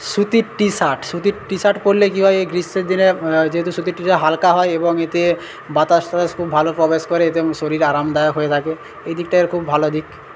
সুতির T shirt সুতির T shirt পরলে কী হয় এই গ্রীষ্মের দিনে যেহেতু সুতির টি শার্ট হালকা হয় এবং এতে বাতাস টাতাস খুব ভালো প্রবেশ করে এতে শরীর আরামদায়ক হয়ে থাকে এদিকটা এর খুব ভালো দিক